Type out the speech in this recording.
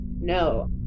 no